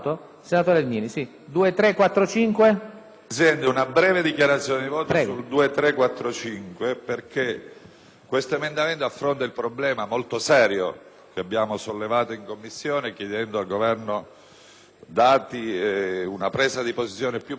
Presidente, l’emendamento 2.345 affronta il problema molto serio, che abbiamo sollevato in Commissione chiedendo al Governo dati e una presa di posizione piuprecisa, che e la nota questione dell’integrale ristoro dell’ICI ai Comuni.